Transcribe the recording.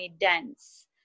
dense